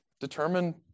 determine